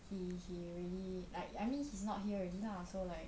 he he really like I mean he's not here already lah so like